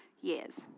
years